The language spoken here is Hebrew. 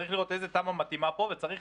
צריך לראות איזו תמ"א מתאימה פה וצריך